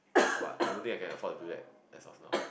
but I don't think I can afford to do that as of now